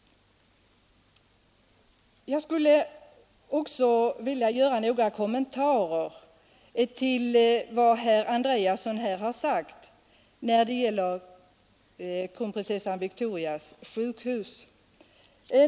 Jag skulle också vilja göra några kommentarer till vad herr Andreasson i Östra Ljungby har sagt när det gäller Kronprinsessan Victorias sjukhus.